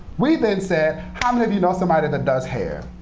we then said, how many of you know somebody that does hair?